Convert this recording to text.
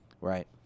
Right